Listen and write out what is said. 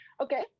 okay